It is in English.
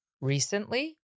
recently